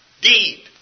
deed